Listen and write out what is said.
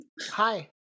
Hi